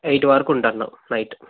eight వరకు ఉంటాను night